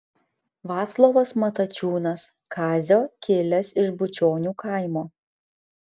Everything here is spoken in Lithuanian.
vaclovas matačiūnas kazio kilęs iš bučionių kaimo